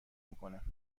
میکنم